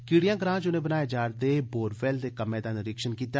कीड़ियां ग्रां च उनें बनाए जा रदे बोरवेल्ल दे कम्मे दा निरीक्षण कीता